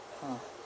mm